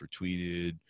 retweeted